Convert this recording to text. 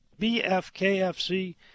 BFKFC